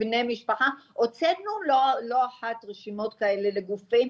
הוצאנו לא אחת רשימות כאלה לגופים,